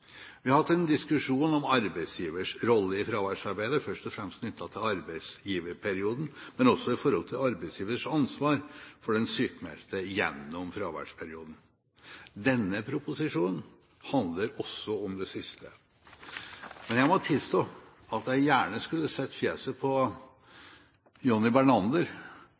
Vi har hatt en diskusjon om arbeidsgivers rolle i fraværsarbeidet, først og fremst knyttet til arbeidsgiverperioden, men også i forhold til arbeidsgivers ansvar for den sykmeldte gjennom fraværsperioden. Denne proposisjonen handler også om det siste. Men jeg må tilstå at jeg gjerne skulle sett fjeset på John G. Bernander